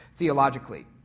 Theologically